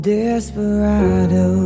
Desperado